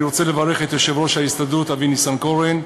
אני רוצה לברך את יושב-ראש ההסתדרות אבי ניסנקורן,